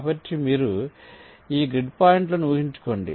కాబట్టి మీరు ఈ గ్రిడ్ పాయింట్ను ఊహించుకోండి